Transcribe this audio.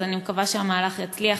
אז אני מקווה שהמהלך יצליח.